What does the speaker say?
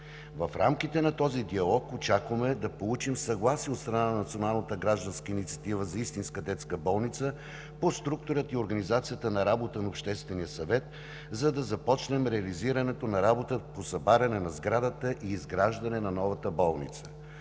В рамките на този диалог, очакваме да получим съгласие от страна на Национална гражданска инициатива „За истинска детска болница“ по структурата и организацията на работа на Обществения съвет, за да започнем реализирането на работата по събаряне на сградата и изграждане на новата болница.